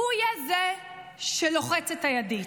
הוא יהיה זה שלוחץ את הידית.